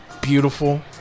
beautiful